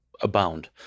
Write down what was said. abound